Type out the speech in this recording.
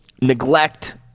neglect